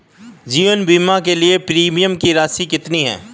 जीवन बीमा के लिए प्रीमियम की राशि कितनी है?